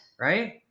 right